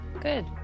good